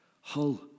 hull